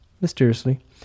mysteriously